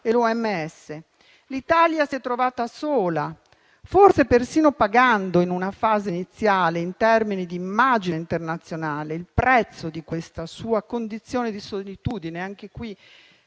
(OMS). L'Italia si è trovata sola, forse persino pagando, in una fase iniziale e in termini di immagine internazionale, il prezzo di questa sua condizione di solitudine. Anche in